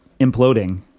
imploding